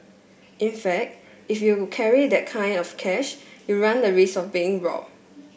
in fact if you carry that kind of cash you run the risk of being robbed